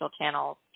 channels